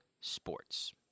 Sports